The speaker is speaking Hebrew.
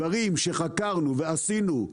דברים שחקרנו ועשינו,